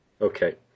Okay